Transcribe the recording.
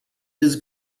his